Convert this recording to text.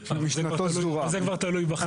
זה כבר תלוי בכם.